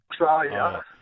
Australia